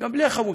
גם בלי החמוצים,